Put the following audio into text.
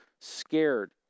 scared